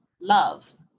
loved